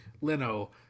Leno